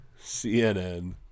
CNN